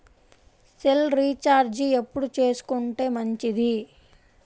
Cell recharge ఎప్పుడు చేసుకొంటే మంచిది?